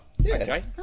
okay